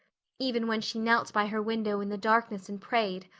even when she knelt by her window in the darkness and prayed,